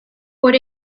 por